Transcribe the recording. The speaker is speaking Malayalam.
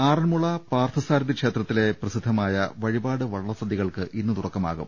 ആറന്മുള പാർത്ഥസാരഥി ക്ഷേത്രത്തിലെ പ്രസിദ്ധ മായ വഴിപാട് വള്ളസദ്യകൾക്ക് ഇന്ന് തുടക്കമാകും